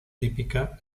típica